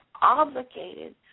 obligated